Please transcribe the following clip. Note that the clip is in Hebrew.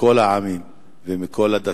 מכל העמים ומכל הדתות,